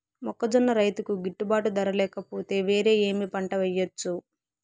మొక్కజొన్న రైతుకు గిట్టుబాటు ధర లేక పోతే, వేరే ఏమి పంట వెయ్యొచ్చు?